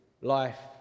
Life